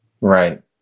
Right